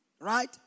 right